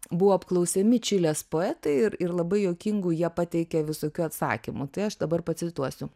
buvo apklausiami čilės poetai ir ir labai juokingų jie pateikė visokių atsakymų tai aš dabar pacituosiu